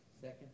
Second